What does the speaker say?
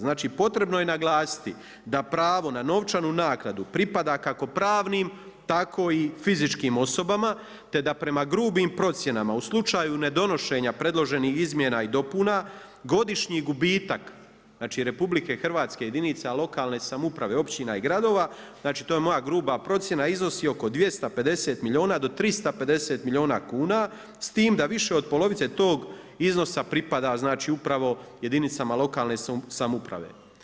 Znači, potrebno je naglasiti da pravo na novčanu naknadu pripada kako pravnim, tako i fizičkim osobama, te da prema grubim procjenama u slučaju nedonošenja predloženih izmjena i dopuna godišnji gubitak, znači Republike Hrvatske, jedinica lokalne samouprave, općina i gradova, znači to je moja gruba procjena iznosi oko 250 milijuna do 350 milijuna kuna s tim da više od polovice tog iznosa pripada, znači upravo jedinicama lokalne samouprave.